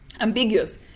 ambiguous